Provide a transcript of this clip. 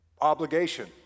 obligation